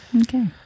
Okay